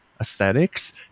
aesthetics